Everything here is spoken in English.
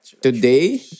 Today